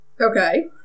Okay